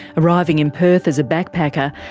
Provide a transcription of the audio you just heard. arriving in perth as a backpacker,